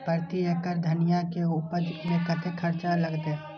प्रति एकड़ धनिया के उपज में कतेक खर्चा लगते?